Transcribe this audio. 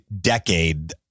decade